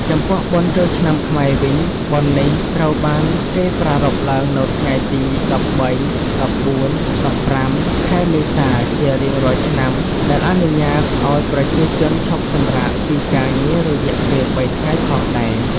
ចំពោះបុណ្យចូលឆ្នាំខ្មែរវិញ បុណ្យនេះត្រូវបានគេប្រារព្ធឡើងនៅថ្ងៃទី ១៣,១៤,១៥ខែមេសាជារៀងរាល់ឆ្នាំដែលអនុញ្ញាតឪ្យប្រជាជនឈប់សម្រាកពីការងាររយៈពេល៣ថ្ងៃផងដែរ ។